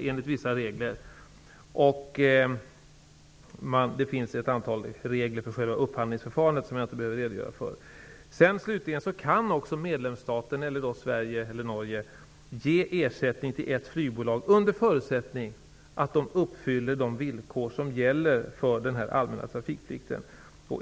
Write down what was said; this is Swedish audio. enligt vissa regler. Det finns ett antal regler för själva upphandlingsförfarandet som jag inte behöver redogöra för. Slutligen kan även medlemsstaten, eller Sverige eller Norge, ge ersättning till ett flygbolag under förutsättning att det uppfyller det villkor som gäller för den allmänna trafikplikten.